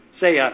say